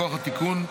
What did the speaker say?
מכוח התיקון,